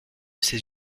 ses